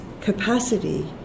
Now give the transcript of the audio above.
capacity